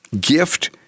gift